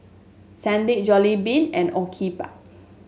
Sandisk Jollibean and Obike